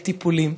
על טיפולים.